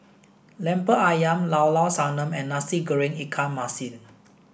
Lemper Ayam Llao Llao Sanum and Nasi Goreng Ikan Masin